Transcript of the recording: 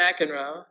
McEnroe